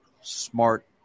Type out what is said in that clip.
smart